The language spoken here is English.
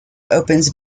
opens